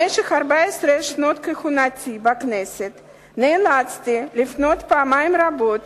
במשך 14 שנות כהונתי בכנסת נאלצתי לפנות פעמים רבות